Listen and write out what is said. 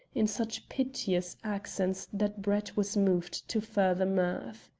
in such piteous accents that brett was moved to further mirth.